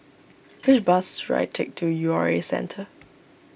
which bus should I take to U R A Centre